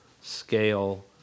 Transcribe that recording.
scale